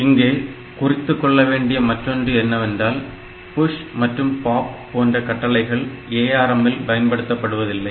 இங்கே குறித்து கொள்ளவேண்டிய மற்றொன்று என்னவென்றால் PUSH மற்றும் POP போன்ற கட்டளைகள் ARM இல் பயன்படுத்தப்படுவதில்லை